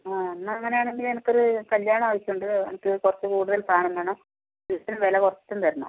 ആ എന്നാൽ അങ്ങനെയാണെങ്കിൽ എനിക്കൊരു കല്ല്യാണ ആവശ്യമുണ്ട് അത് കുറച്ച് കൂടുതൽ സാധനം വേണം ഇത്തിരി വില കുറച്ചും തരണം